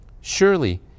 Surely